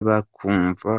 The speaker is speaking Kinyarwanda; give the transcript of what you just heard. bakumva